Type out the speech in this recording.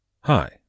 Hi